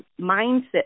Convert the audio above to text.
mindset